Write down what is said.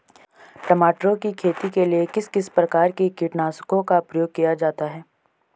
टमाटर की खेती के लिए किस किस प्रकार के कीटनाशकों का प्रयोग किया जाता है?